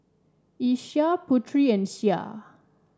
Aisyah Putri and Syah